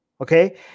okay